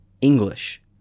English